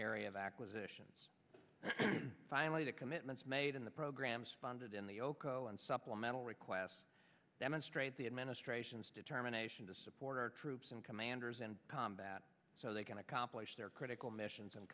area of acquisitions finally the commitments made in the programs funded in the oco and supplemental requests demonstrate the administration's determination to support our troops and commanders in combat so they can accomplish their critical missions and